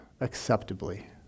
acceptably